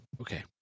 Okay